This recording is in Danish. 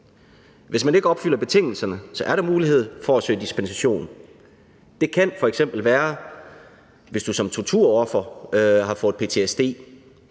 Hvis man ikke opfylder betingelserne, er der mulighed for at søge dispensation, og det kan f.eks. være, hvis du som torturoffer har fået ptsd.